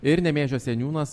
ir nemėžio seniūnas